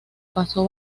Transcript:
pasó